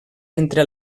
entre